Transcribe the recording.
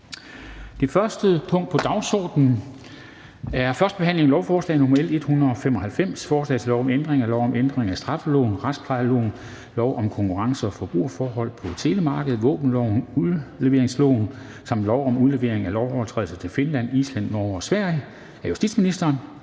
Det første punkt på dagsordenen er: 1) 1. behandling af lovforslag nr. L 195: Forslag til lov om ændring af lov om ændring af straffeloven, retsplejeloven, lov om konkurrence- og forbrugerforhold på telemarkedet, våbenloven, udleveringsloven samt lov om udlevering af lovovertrædere til Finland, Island, Norge og Sverige. (Ændring